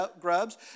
grubs